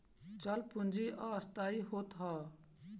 चल पूंजी अस्थाई होत हअ